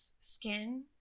skin